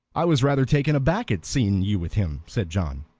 i was rather taken aback at seeing you with him, said john.